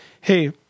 hey